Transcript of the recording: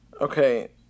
Okay